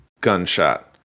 gunshot